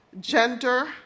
gender